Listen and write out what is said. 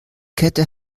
kette